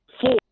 four